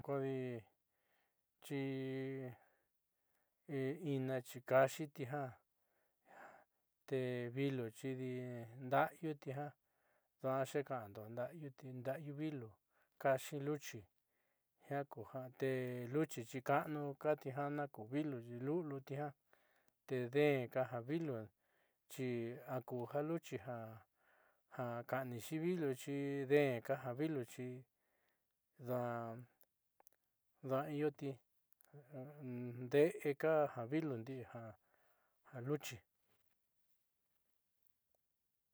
Kodi chi inachi kaaxiiti jiaa te vilúxidi nda'ayuti ja duaa xuuka'ando nda'ayuti nda'ayu vilu kaaxi luchi jiaa ku ja tee luchi xi ka'anú kati ja maku vilu luliu ti jiaa te deen kaja vilu xi akuja luchi ja ka'anixi vilu xi deenka ja vilu xi dua'a ioti deéka ja vilu di'i ja luchi.